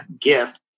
gift